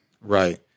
Right